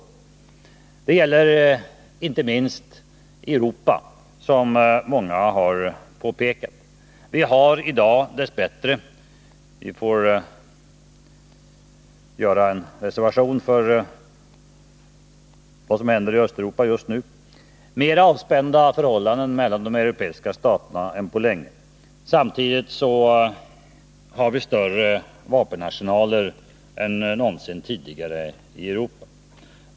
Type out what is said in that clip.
Det gäller inte minst Europa — som många har påpekat. Vi Nr 48 har i dag dess bättre — vi får här göra en reservation för vad som händer i Östeuropa just nu — mer avspända förhållanden mellan de europeiska staterna än på länge. Samtidigt har vi större vapenarsenaler i Europa än någonsin tidigare.